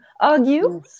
argue